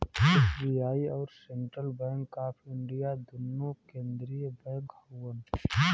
SBI अउर central bank of India दुन्नो केन्द्रिय बैंक हउअन